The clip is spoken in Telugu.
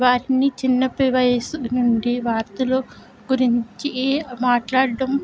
వారిని చిన్నపి వయసు నుండి వార్తలు గురించి మాట్లాడడం